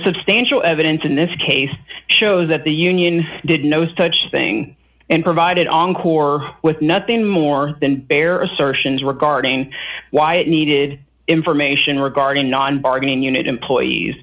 substantial evidence in this case shows that the union did no such thing and provided encore with nothing more than bare assertions regarding why it needed information regarding non bargaining unit employees